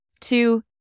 two